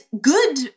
good